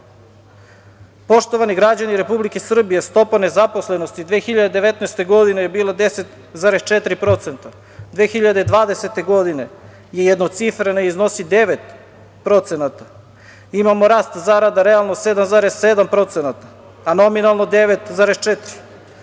veka. Poštovani građani Republike Srbije, stopa nezaposlenosti 2019. godine je bila 10,4%, 2020. godine je jednocifrena i iznosi 9%. Imamo rast zarada realno 7,7%, a nominalno 9,4.